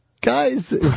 Guys